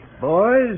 Boys